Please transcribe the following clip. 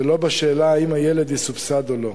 ולא בשאלה אם הילד יסובסד או לא.